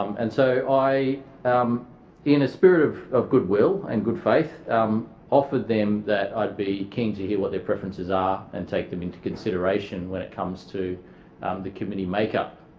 um and so i um in a spirit of of goodwill and good faith offered them that i'd be keen to hear what their preferences are and take them into consideration when it comes to the committee make-up.